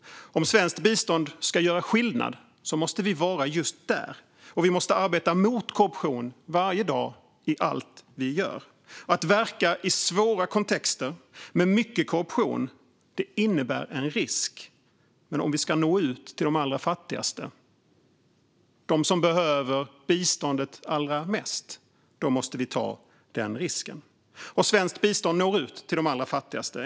Om svenskt bistånd ska göra skillnad måste vi vara just där, och vi måste arbeta mot korruption varje dag i allt vi gör. Att verka i svåra kontexter med mycket korruption innebär en risk, men om vi ska nå ut till de allra fattigaste - de som behöver biståndet allra mest - måste vi ta den risken. Svenskt bistånd når ut till de allra fattigaste.